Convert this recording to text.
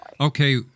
Okay